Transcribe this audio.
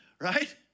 Right